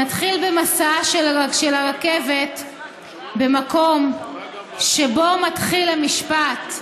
נתחיל במסעה של הרכבת במקום שבו מתחיל המשפט: